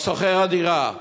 על שוכר הדירה,